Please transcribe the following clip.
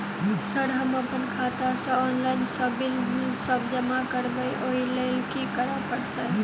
Sir हम अप्पन खाता सऽ ऑनलाइन सऽ बिल सब जमा करबैई ओई लैल की करऽ परतै?